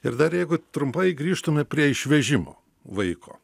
ir dar jeigu trumpai grįžtume prie išvežimo vaiko